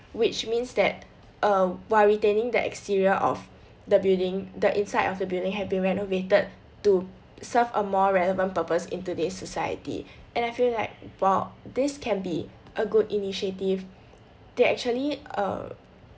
which means that err while retaining the exterior of the building the inside of the buildings have been renovated to serve a more relevant purpose in today's society and I feel like while this can be a good initiative they actually err